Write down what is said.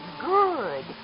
Good